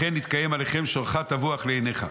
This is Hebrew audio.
לכן נתקיים עליכם 'שורך טבוח לעיניך'.